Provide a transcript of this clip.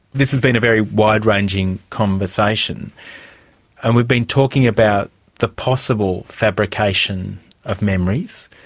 this has been a very wide-ranging conversation and we've been talking about the possible fabrication of memories,